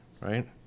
right